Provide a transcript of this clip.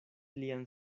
lian